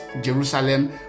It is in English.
Jerusalem